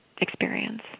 experience